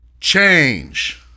change